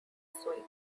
suite